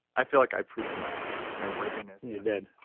i feel like i proved my my worthiness you did